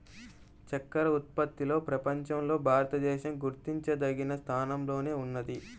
చక్కర ఉత్పత్తిలో ప్రపంచంలో భారతదేశం గుర్తించదగిన స్థానంలోనే ఉన్నది